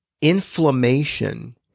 inflammation